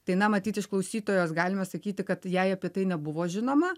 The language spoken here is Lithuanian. tai na matyt iš klausytojos galima sakyti kad jai apie tai nebuvo žinoma